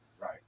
Right